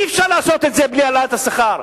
אי-אפשר לעשות את זה בלי העלאת השכר.